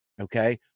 okay